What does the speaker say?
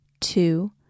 two